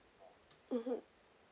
mmhmm